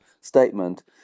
statement